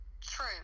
True